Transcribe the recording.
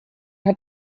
hat